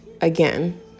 again